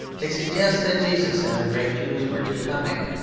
they suggest that jesus and the great jews were teutonic.